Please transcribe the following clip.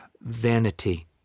vanity